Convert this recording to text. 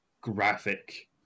graphic